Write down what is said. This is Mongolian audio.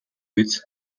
биз